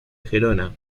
gerona